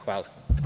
Hvala.